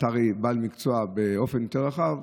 והרי אתה בעל מקצוע באופן רחב יותר,